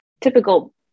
typical